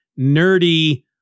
nerdy